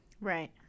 Right